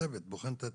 הצוות בוחן את התאגוד,